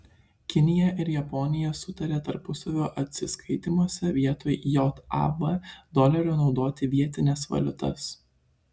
kinija ir japonija sutarė tarpusavio atsiskaitymuose vietoj jav dolerio naudoti vietines valiutas